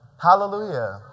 Hallelujah